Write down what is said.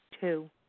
Two